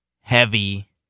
heavy